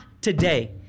today